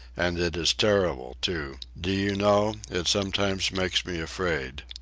and it is terrible, too. do you know, it sometimes makes me afraid.